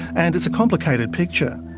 and it's a complicated picture.